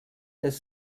des